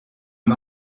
and